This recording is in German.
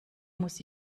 muss